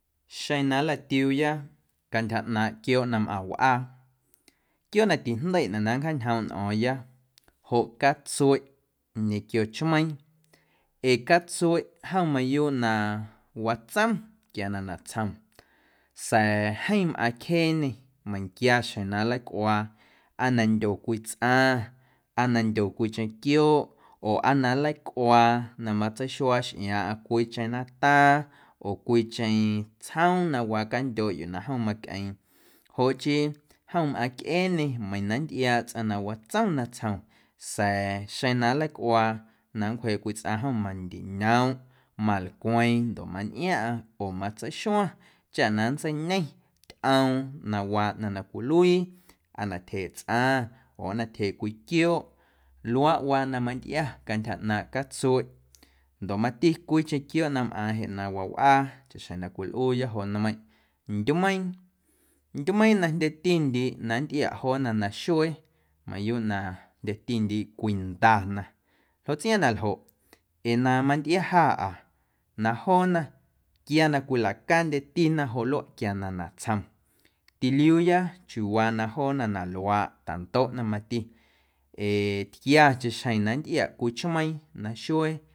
Xeⁿ na nlatiuuya cantyja ꞌnaaⁿ quiooꞌ na mꞌaⁿ wꞌaa quiooꞌ na tijndeiꞌnaꞌ na nncjaañjoomꞌ nꞌo̱o̱ⁿya joꞌ catsueꞌ ñequio chmeiiⁿ ee catsueꞌ jom mayuuꞌ na watsom quia na natsjom sa̱a̱ jeeⁿ mꞌaⁿcjeeñe meiⁿnquia xjeⁿ na nleicꞌuaa aa na ndyo cwii tsꞌaⁿ aa na ndyo cwiicheⁿ quiooꞌ oo aa na nleicꞌuaa na matseixuaa xꞌiaaⁿꞌaⁿ cwiicheⁿ nataa oo cwiicheⁿ tsjoom na waa candyooꞌ yuu na jom macꞌeeⁿ joꞌ chii jom mꞌaⁿcꞌeeñe meiiⁿ na nntꞌiaaꞌ tsꞌaⁿ na watsom natsjom sa̱a̱ xeⁿ na nleicꞌuaa na nncwjeeꞌ tsꞌaⁿ jom mandiñoomꞌ malcweⁿ ndoꞌ mantꞌiaⁿꞌaⁿ oo matseixuaⁿ chaꞌ na nntseiñe tyꞌoom na waa ꞌnaⁿ na cwiluii aa na tyjeeꞌ tsꞌaⁿ oo aa na tyjeeꞌ cwii quiooꞌ luaꞌwaa na mantꞌia cantyja ꞌnaaⁿꞌ catsueꞌ ndoꞌ mati cwiicheⁿ quiooꞌ jeꞌ na mꞌaaⁿ na wawꞌaa chaꞌxjeⁿ na cwilꞌuuya joꞌ nmeiⁿꞌ ndyumeiiⁿ, ndyumeiiⁿ na jndyetindiiꞌ na nntꞌiaꞌ joona naxuee mayuuꞌ na jndyetindiiꞌ cwindana ljoꞌ tsꞌiaaⁿꞌ na ljoꞌ ee na mantꞌia jaꞌa na joona quia na cwilacaandyetina joꞌ quia na natsjom tiliuuya chiuuwaa na luaaꞌ tandoꞌna mati ee tquiacheⁿ xjeⁿ na nntꞌiaꞌ cwii chmeiiⁿ naxuee.